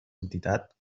entitat